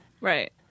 Right